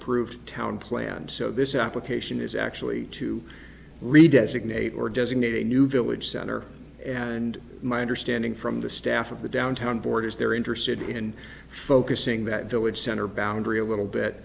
approved town plan so this application is actually to read designate or designate a new village center and my understanding from the staff of the downtown board is they're interested in focusing that village center boundary a little bit